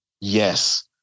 yes